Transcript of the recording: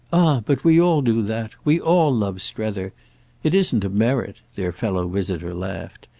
but we all do that we all love strether it isn't a merit! their fellow visitor laughed,